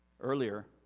earlier